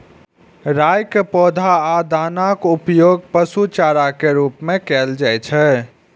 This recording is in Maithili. राइ के पौधा आ दानाक उपयोग पशु चारा के रूप मे कैल जाइ छै